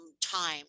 time